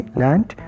land